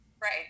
Right